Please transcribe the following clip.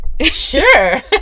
Sure